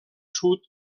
sud